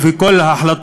לפי כל ההחלטות,